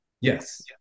Yes